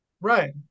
Right